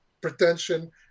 pretension